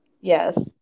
Yes